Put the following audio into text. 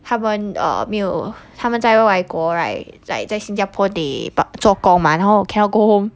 他们没有他们在外国 right like 在新加坡得把做工嘛然后 cannot go home